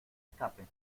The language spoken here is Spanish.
escape